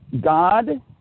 God